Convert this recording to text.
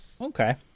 Okay